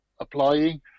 applying